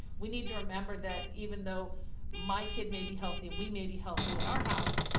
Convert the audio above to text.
we need to remember that even though my kid may be healthy, we may be healthy at our house,